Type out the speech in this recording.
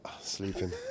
sleeping